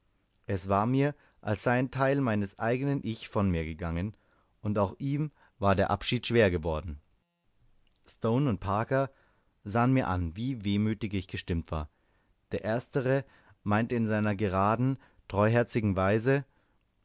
es war mir als sei ein teil meines eigenen ich von mir gegangen und auch ihm war der abschied schwer geworden stone und parker sahen mir an wie wehmütig ich gestimmt war der erstere meinte in seiner geraden treuherzigen weise